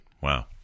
Wow